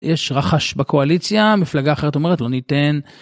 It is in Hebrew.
יש רחש בקואליציה, מפלגה אחרת אומרת לא ניתן.